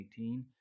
2018